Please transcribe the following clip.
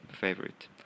Favorite